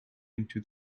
into